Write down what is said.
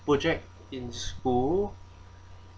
project in school